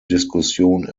diskussion